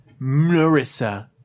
Marissa